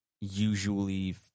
usually